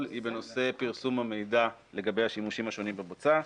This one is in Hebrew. היא בנושא פרסום המידע לגבי השימושים השונים בבוצה.